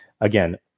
again